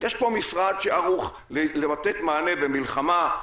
יש פה משרד שערוך לתת מענה במלחמה,